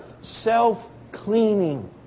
self-cleaning